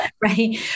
Right